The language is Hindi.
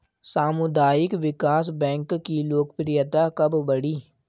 सामुदायिक विकास बैंक की लोकप्रियता कब बढ़ी?